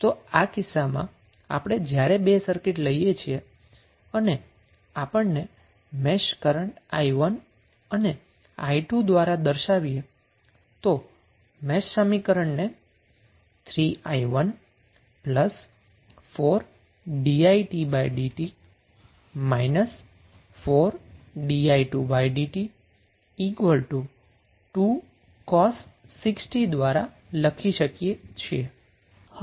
તો આ કિસ્સામાં આપણે જ્યારે બે સર્કિટ લઈએ છીએ અને આપણે મેશ કરન્ટને i1 અને i2 દ્વારા દર્શાવીએ તો મેશ સમીકરણને 3i1 4diidt 4di2dt 2 cos 6t દ્વારા લખી શકીએ છીએ